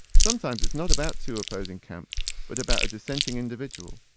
sometimes it's not about two opposing camps but about a dissenting individual.